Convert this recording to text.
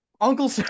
uncle